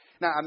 Now